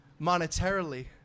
monetarily